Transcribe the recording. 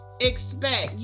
expect